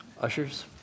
Ushers